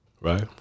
right